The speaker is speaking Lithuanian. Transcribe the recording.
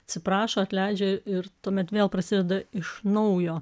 atsiprašo atleidžia ir tuomet vėl prasideda iš naujo